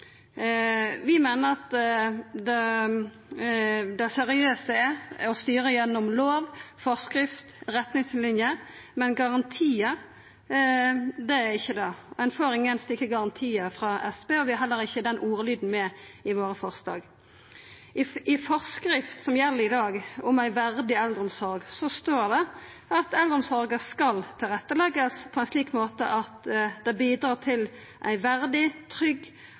Vi meiner at det er meir seriøst å styra gjennom lover, forskrifter og retningslinjer. Garantiar er ikkje det. Ein får ingen slike garantiar frå Senterpartiet, og vi har heller ikkje den ordlyden i våre forslag. I forskrifta som gjeld i dag, om ei verdig eldreomsorg, står det at eldreomsorga skal «tilrettelegges på en slik måte at dette bidrar til en verdig, trygg